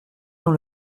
dans